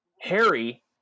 Harry